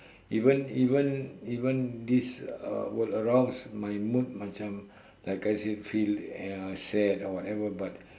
even even even this uh will arouse my mood macam like I uh feel sad or whatever but